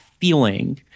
feeling